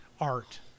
art